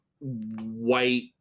white